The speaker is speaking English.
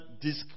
disc